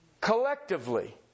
collectively